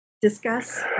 discuss